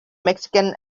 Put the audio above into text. mexican